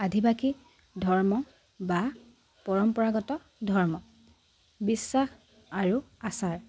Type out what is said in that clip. আদিবাসী ধৰ্ম বা পৰম্পৰাগত ধৰ্ম বিশ্বাস আৰু আচাৰ